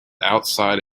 outside